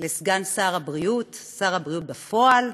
לסגן שר הבריאות, שר הבריאות בפועל,